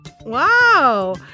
Wow